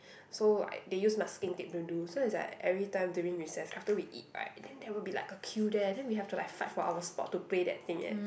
so like they use masking tape to do so it's like every time during recess after we eat right then there will be like a queue there then we have to like fight for our spot to play that thing leh